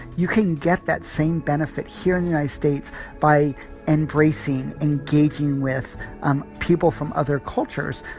you can get that same benefit here in the united states by embracing, engaging with um people from other cultures.